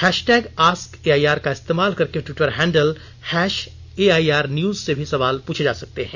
hashtag ask AIR का इस्तेमाल करके ट्वीटर हैंडल एआइआर न्यूज से भी सवाल पूछे जा सकते हैं